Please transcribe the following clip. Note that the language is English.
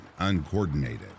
uncoordinated